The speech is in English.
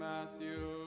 Matthew